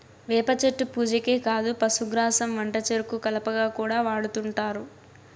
వేప చెట్టు పూజకే కాదు పశుగ్రాసం వంటచెరుకు కలపగా కూడా వాడుతుంటారు